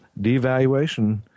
Devaluation